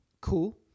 Cool